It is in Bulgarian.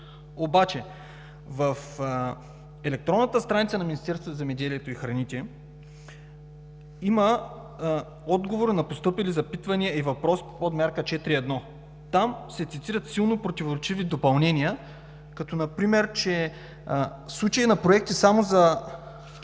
Обаче в електронната страница на Министерството на земеделието и храните има отговор на постъпили запитвания и въпроси по мярка 4.1. Там се цитират силно противоречиви допълнения като например, че в допълнението на